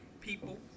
people